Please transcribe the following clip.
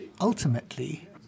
ultimately